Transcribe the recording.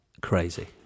Crazy